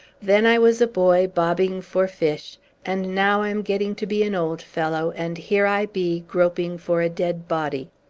then i was a boy, bobbing for fish and now i am getting to be an old fellow, and here i be, groping for a dead body!